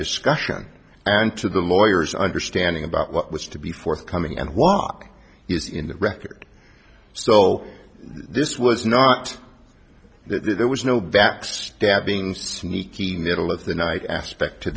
discussion and to the lawyers understanding about what was to be forthcoming and walk is in the record so this was not there was no backstabbing sneaky middle of the night aspect to